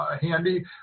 handy